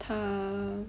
他